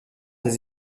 des